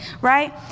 right